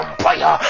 fire